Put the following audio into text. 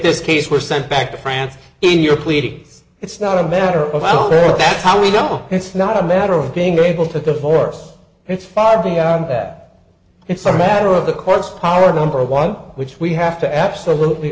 this case were sent back to france in your pleadings it's not a matter of i don't think that's how we know it's not a matter of being able to divorce it's far beyond that it's a matter of the court's power number one which we have to absolutely